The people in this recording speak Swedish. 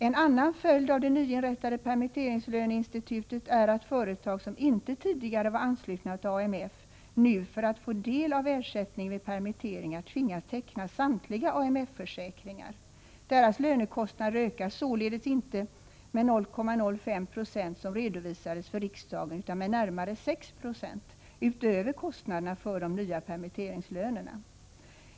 En annan följd av det nyinrättade permitteringslöneinstitutet är att företag som inte tidigare varit anslutna till AMF nu, för att få del av ersättningen vid permitteringar, tvingas teckna samtliga AMF-försäkringar. Deras lönekostnader ökar således inte med 0,05 26, som redovisades för riksdagen, utan med närmare 6 90 utöver kostnaderna för de nya permitteringslönerna.